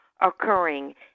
occurring